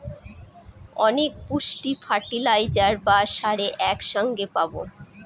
অনেক পুষ্টি ফার্টিলাইজার বা সারে এক সঙ্গে পাবো